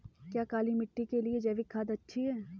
क्या काली मिट्टी के लिए जैविक खाद अच्छी है?